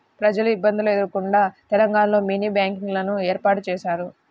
ప్రజలు ఇబ్బందులు ఎదుర్కోకుండా తెలంగాణలో మినీ బ్యాంకింగ్ లను ఏర్పాటు చేశారు